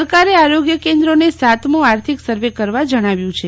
સરકારે આરોગ્ય કેન્દ્રોને સાતમો આર્થિક સર્વે કરવા જણાવ્યું છે